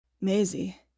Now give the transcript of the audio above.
Maisie